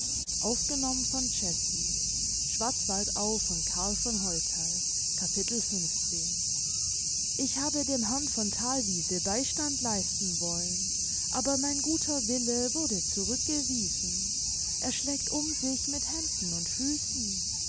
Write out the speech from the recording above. capitel ich habe dem herrn von thalwiese beistand leisten wollen aber mein guter wille wurde zurückgewiesen er schlägt um sich mit händen und füssen